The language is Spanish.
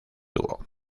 dúo